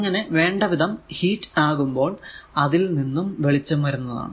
അങ്ങനെ വേണ്ട വിധം ഹീറ്റ് ആകുമ്പോൾ അതിൽ നിന്നും വെളിച്ചം വരുന്നതാണ്